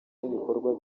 n’ibikorwa